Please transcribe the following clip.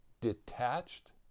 detached